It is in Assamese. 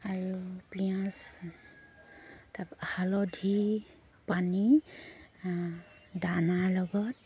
আৰু পিঁয়াজ তাৰপৰা হালধি পানী দানাৰ লগত